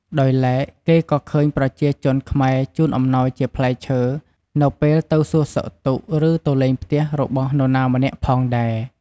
ដោយឡែក គេក៏ឃើញប្រជាជនខ្មែរជូនអំណោយជាផ្លែឈើ នៅពេលទៅសួរសុខទុក្ខ ឬទៅលេងផ្ទះរបស់នរណាម្នាក់ផងដែរ។